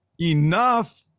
Enough